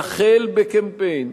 יחל בקמפיין,